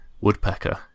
Woodpecker